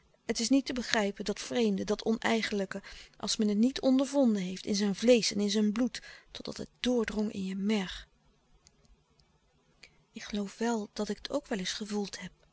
het is niet te begrijpen dat vreemde dat oneigenlijke als men het niet ondervonden heeft in zijn vleesch en in zijn bloed totdat het doordrong in je merg ik geloof wel dat ik het ook wel eens gevoeld heb